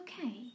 okay